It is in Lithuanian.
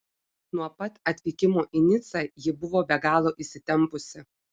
nuo pat atvykimo į nicą ji buvo be galo įsitempusi